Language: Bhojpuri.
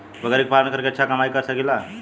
बकरी के पालन करके अच्छा कमाई कर सकीं ला?